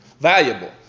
valuable